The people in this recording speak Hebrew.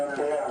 מוגשים.